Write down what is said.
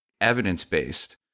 evidence-based